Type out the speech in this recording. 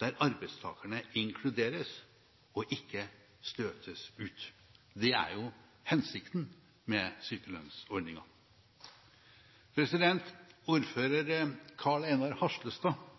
der arbeidstakerne inkluderes og ikke støtes ut. Det er jo hensikten med sykelønnsordningen. Ordfører Karl Einar